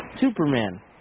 Superman